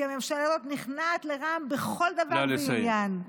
כי הממשלה הזאת נכנעת לרע"מ בכל דבר ועניין.